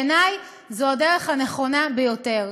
בעיני, זו הדרך הנכונה ביותר.